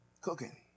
cooking